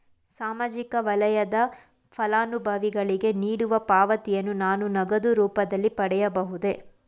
ಸಾಮಾಜಿಕ ವಲಯದ ಫಲಾನುಭವಿಗಳಿಗೆ ನೀಡುವ ಪಾವತಿಯನ್ನು ನಾನು ನಗದು ರೂಪದಲ್ಲಿ ಪಡೆಯಬಹುದೇ?